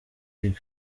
big